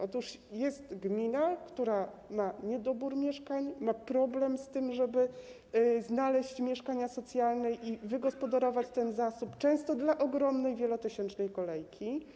Otóż jest gmina, która ma niedobór mieszkań, ma problem z tym, żeby znaleźć mieszkania socjalne i wygospodarować ten zasób, często dla ogromnej, wielotysięcznej kolejki.